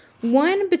One